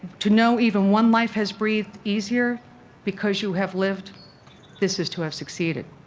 to know even one life has breathed easier because you have lived this is to have succeeded.